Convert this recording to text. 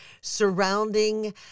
surrounding